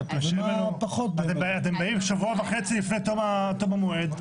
אתם באים שבוע וחצי לפני תום המועד,